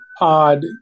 odd